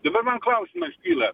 dabar man klausimas kyla